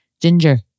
Ginger